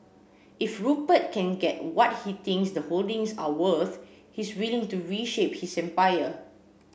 if Rupert can get what he thinks the holdings are worth he's willing to reshape his empire